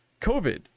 COVID